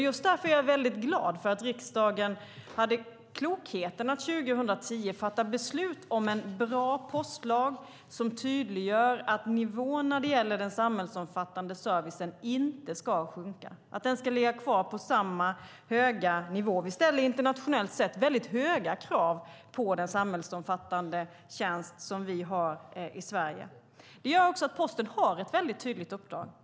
Just därför är jag mycket glad för att riksdagen hade klokheten att 2010 fatta beslut om en bra postlag som tydliggör att nivån när det gäller den samhällsomfattande servicen inte ska sjunka utan att den ska ligga kvar på samma höga nivå. Vi ställer internationellt sett mycket höga krav på den samhällsomfattande tjänst som vi har i Sverige. Det gör också att Posten har ett mycket tydligt uppdrag.